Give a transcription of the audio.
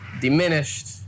diminished